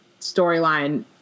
storyline